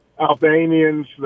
Albanians